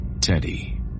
Teddy